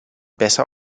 besser